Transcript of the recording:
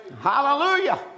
Hallelujah